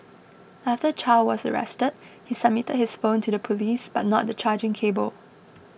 after Chow was arrested he submitted his phone to the police but not the charging cable